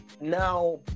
now